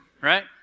Right